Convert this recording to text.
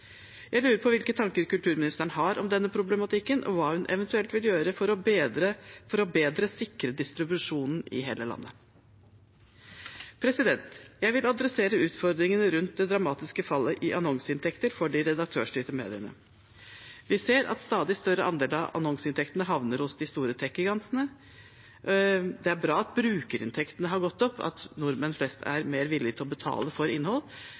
Jeg lurer på hvilke tanker kulturministeren har om denne problematikken, og hva hun eventuelt vil gjøre for bedre å sikre distribusjonen i hele landet. Jeg vil adressere utfordringene rundt det dramatiske fallet i annonseinntekter for de redaktørstyrte mediene. Vi ser at en stadig større andel av annonseinntektene havner hos de store tech-gigantene. Det er bra at brukerinntektene har gått opp – at nordmenn flest er mer villig til å betale for innhold